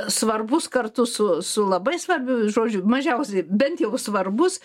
svarbus kartu su su labai svarbiu žodžiu mažiausiai bent jau svarbus